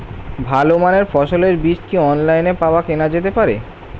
ভালো মানের ফসলের বীজ কি অনলাইনে পাওয়া কেনা যেতে পারে?